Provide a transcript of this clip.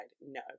No